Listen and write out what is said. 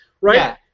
right